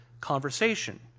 conversation